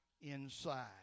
inside